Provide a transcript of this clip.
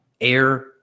air